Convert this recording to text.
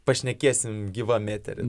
pašnekėsim gyvam etery